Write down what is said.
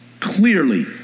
Clearly